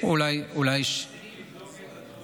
באיזה גיל אפשר להפסיק לבדוק,